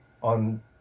on